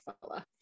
fella